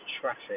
traffic